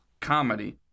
comedy